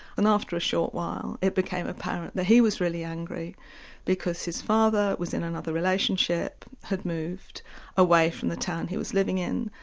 and after a short while it became apparent that he was really angry because his father was in another relationship, had moved away from the town he was living in,